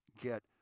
Get